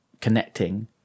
connecting